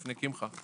לפני קמחא,